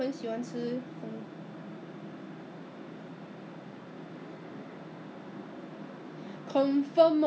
我们是 if you go 我们是这边他们那边可能是欢迎我们过 but the thing is when we go over we come we come back to Singapore